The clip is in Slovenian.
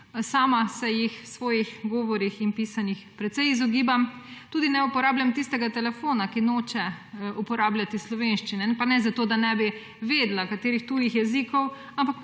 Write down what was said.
Sama se jih v svojih govorih in pisanjih precej izogibam, tudi ne uporabljam tistega telefona, ki noče uporabljati slovenščine, pa ne zato, da ne bi vedela katerih tujih jezikov, ampak